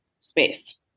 space